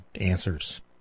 answers